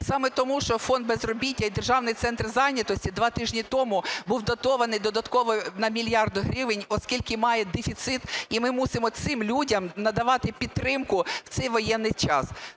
саме тому, що Фонд безробіття і Державний центр зайнятості два тижні тому був дотований додатково на мільярд гривень, оскільки має дефіцит, і ми мусимо цим людям надавати підтримку в цей воєнний час.